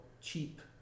cheap